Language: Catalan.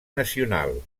nacional